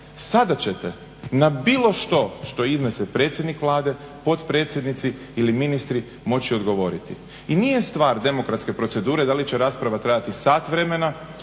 sada ćete na bilo što što iznese predsjednik Vlade, potpredsjednici ili ministri moći odgovoriti. I nije stvar demokratske procedure da li će rasprava trajati sat vremena,